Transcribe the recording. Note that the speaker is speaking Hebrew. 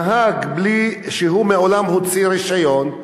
נהג שמעולם לא הוציא רשיון,